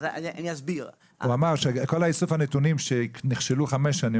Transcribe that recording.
הוא אמר שכל איסוף הנתונים שנכשלו חמש שנים,